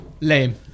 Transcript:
Lame